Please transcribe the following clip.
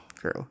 true